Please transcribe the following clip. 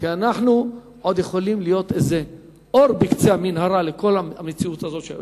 אנחנו עוד יכולים להיות איזה אור בקצה המנהרה לכל המציאות הזאת.